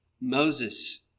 Moses